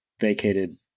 vacated